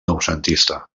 noucentista